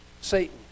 Satan